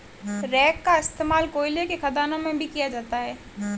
rake का इश्तेमाल कोयले के खदानों में भी किया जाता है